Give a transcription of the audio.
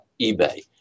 eBay